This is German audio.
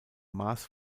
maas